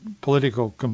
political